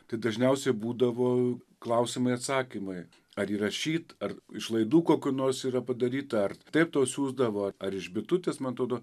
tai dažniausiai būdavo klausimai atsakymai ar įrašyt ar iš laidų kokių nors yra padaryta ar taip tau siųsdavo ar ar iš bitutės man atrodo